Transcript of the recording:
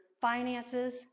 finances